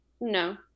no